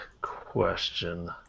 question